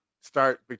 start